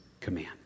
command